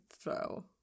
throw